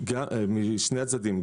משני הצדדים.